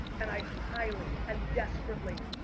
and i highly and desperately,